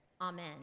Amen